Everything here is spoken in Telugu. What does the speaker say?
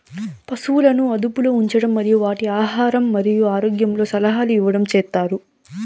పసువులను అదుపులో ఉంచడం మరియు వాటి ఆహారం మరియు ఆరోగ్యంలో సలహాలు ఇవ్వడం చేత్తారు